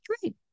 Great